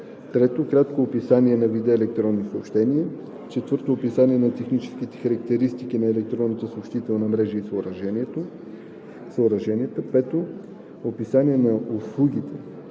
3. кратко описание на вида електронни съобщения; 4. описание на технически характеристики на електронната съобщителна мрежа и съоръженията; 5. описание на услугата